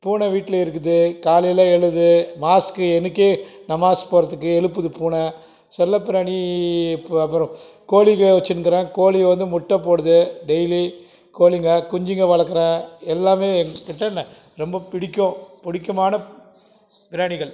பூனை வீட்டில இருக்குது காலையில் எழுது மாஸ்க்கு எனக்கே நமாஸ் போகிறதுக்கு எழுப்புது பூனை செல்லப்பிராணி பு அப்புறம் கோழிகள் வச்சின்னுக்கறேன் கோழி வந்து முட்டைப்போடுது டெய்லி கோழிங்கள் குஞ்சுங்கள் வளர்க்குறேன் எல்லாமே எங்ககிட்ட ந ரொம்ப பிடிக்கும் பிடிக்குமான பிராணிகள்